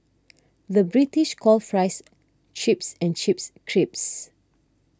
the British calls Fries Chips and Chips Crisps